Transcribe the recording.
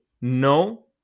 no